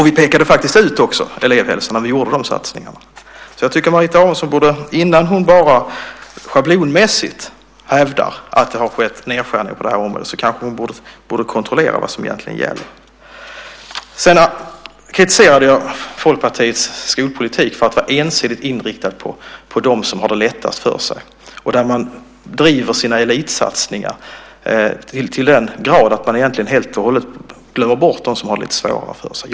Vi pekade faktiskt också ut elevhälsan när vi gjorde de satsningarna. Jag tycker att Marita Aronson, innan hon schablonmässigt hävdar att det har skett nedskärningar på det här området, kanske borde kontrollera vad som egentligen gäller. Sedan kritiserade jag Folkpartiets skolpolitik för att vara ensidigt inriktad på dem som har det lättast för sig. Man driver sina elitsatsningar till den grad att man egentligen helt och hållet glömmer bort dem som har det lite svårare för sig.